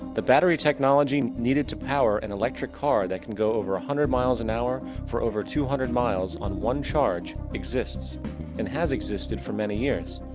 the battery technology needed to power an electric car that can go over a hundred miles an hour for over two hundred miles on one charge, exists and has existed for many years.